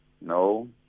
No